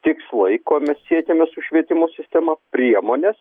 tikslai ko mes siekiame su švietimo sistema priemonės